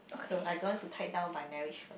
so I don't want to tie down by marriage